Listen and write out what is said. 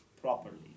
properly